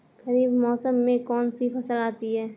खरीफ मौसम में कौनसी फसल आती हैं?